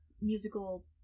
musical